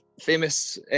famous